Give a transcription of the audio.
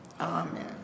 Amen